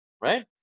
Right